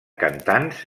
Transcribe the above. cantants